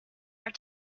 are